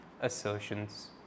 assertions